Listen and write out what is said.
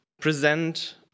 present